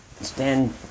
stand